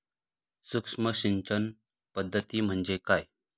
सूक्ष्म सिंचन पद्धती म्हणजे काय?